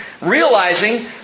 realizing